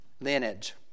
lineage